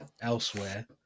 elsewhere